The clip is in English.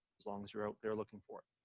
as long as you're out there looking for it.